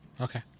Okay